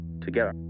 Together